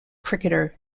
cricketer